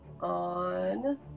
on